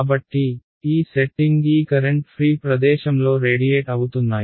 కాబట్టి ఈ సెట్టింగ్ ఈ కరెంట్ ఫ్రీ ప్రదేశంలో రేడియేట్ అవుతున్నాయి